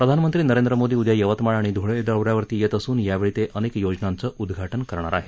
प्रधानमंत्री नरेंद्र मोदी उद्या यवतमाळ आणि धूळे दौ यावर येत असून यावेळी ते अनेक योजनांचं उद्घाटन करणार आहेत